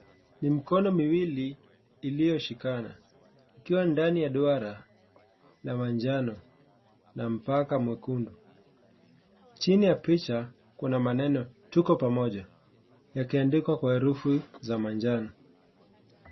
Ni mikono miwili iliyoshikana ikiwa ndani ya duara la manjano na mipaka mwekundu. Chini ya picha kuna maneno tuko pamoja yakiandikwa kwa herufi za manjano.